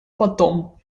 потом